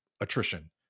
attrition